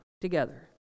together